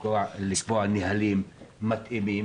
לקבוע נהלים מתאימים,